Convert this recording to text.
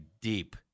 deep